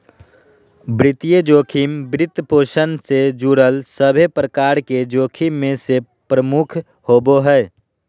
वित्तीय जोखिम, वित्तपोषण से जुड़ल सभे प्रकार के जोखिम मे से प्रमुख होवो हय